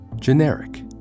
Generic